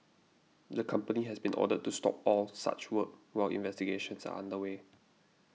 the company has been ordered to stop all such work while investigations are under way